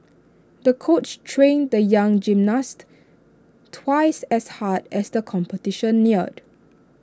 the coach trained the young gymnast twice as hard as the competition neared